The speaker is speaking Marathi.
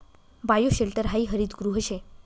बायोशेल्टर हायी हरितगृह शे